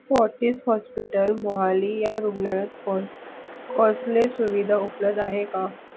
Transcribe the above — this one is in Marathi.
फोर्टिस हॉस्पिटल मोहाली या रुग्णालयात कोण कॉसले सुविधा उपलब्ध आहे का